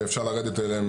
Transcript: אפשר לרדת אליהן,